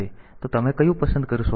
તેથી તમે અહીં કયું પસંદ કરશો